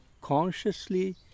consciously